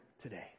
today